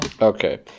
Okay